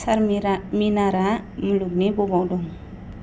चारमिनारा मुलुगनि बबाव दं